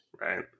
Right